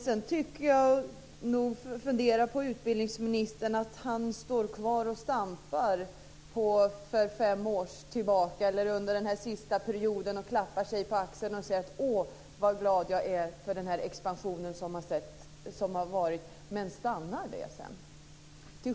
Sedan tycker jag nog att utbildningsministern stått kvar och stampat under den senaste perioden. Han klappar sig på axeln och säger: Åh, vad glad jag är över den expansion som har varit! Men där stannar det.